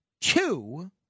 two